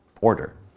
order